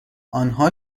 آنها